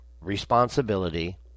responsibility